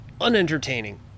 unentertaining